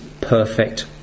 perfect